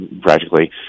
practically